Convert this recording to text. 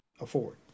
afford